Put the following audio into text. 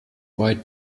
white